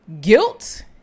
Guilt